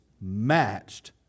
matched